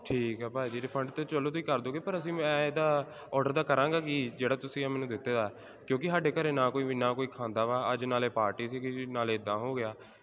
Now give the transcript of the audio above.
ਠੀਕ ਆ ਭਾਅ ਜੀ ਰਿਫੰਡ ਤਾਂ ਚਲੋ ਤੁਸੀਂ ਕਰ ਦਿਓਗੇ ਪਰ ਅਸੀਂ ਮੈਂ ਇਹਦਾ ਔਡਰ ਦਾ ਕਰਾਂਗਾ ਕੀ ਜਿਹੜਾ ਤੁਸੀਂ ਆਹ ਮੈਨੂੰ ਦਿੱਤੇ ਦਾ ਕਿਉਂਕਿ ਸਾਡੇ ਘਰ ਨਾ ਕੋਈ ਵੀ ਨਾ ਕੋਈ ਖਾਂਦਾ ਵਾ ਅੱਜ ਨਾਲੇ ਪਾਰਟੀ ਸੀਗੀ ਜੀ ਨਾਲੇ ਇੱਦਾਂ ਹੋ ਗਿਆ